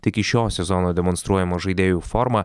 tik į šio sezono demonstruojamą žaidėjų formą